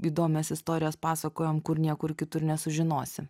įdomias istorijas pasakojam kur niekur kitur nesužinosi